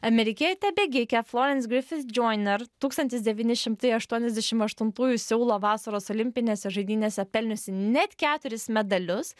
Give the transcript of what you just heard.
amerikietė bėgikė florence griffith joyner tūkstantis devyni šimtai aštuoniasdešim aštuntųjų seulo vasaros olimpinėse žaidynėse pelniusi net keturis medalius